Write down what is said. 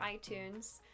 iTunes